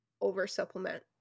over-supplement